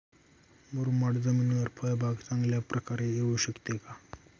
मुरमाड जमिनीवर फळबाग चांगल्या प्रकारे येऊ शकते का?